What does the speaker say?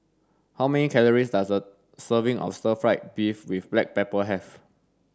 how many calories does a serving of stir fried beef with black pepper have